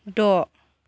द